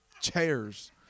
chairs